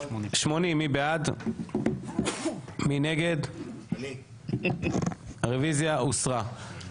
הצבעה בעד, 4 נגד, 9 נמנעים, אין לא